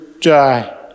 die